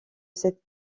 cet